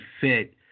fit